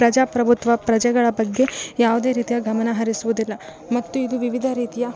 ಪ್ರಜಾಪ್ರಭುತ್ವ ಪ್ರಜೆಗಳ ಬಗ್ಗೆ ಯಾವುದೇ ರೀತಿಯ ಗಮನ ಹರಿಸುವುದಿಲ್ಲ ಮತ್ತು ಇದು ವಿವಿಧ ರೀತಿಯ